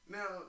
Now